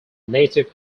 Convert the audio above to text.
native